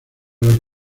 los